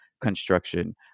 construction